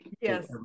Yes